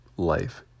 life